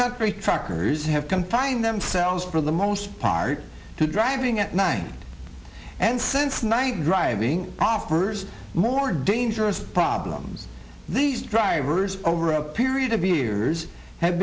country truckers have come to find themselves for the most part to driving at night and since night driving offers more dangerous problem these drivers over a period of years have